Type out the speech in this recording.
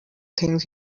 things